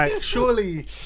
surely